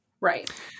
Right